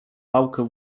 pałkę